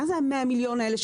מה זה ה-100 מיליון האלה?